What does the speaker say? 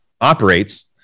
operates